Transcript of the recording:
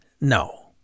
No